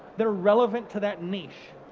that are relevant to that niche.